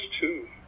two